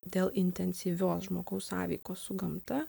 dėl intensyvios žmogaus sąveikos su gamta